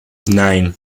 nine